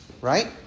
right